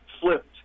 flipped